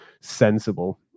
sensible